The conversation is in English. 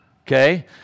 Okay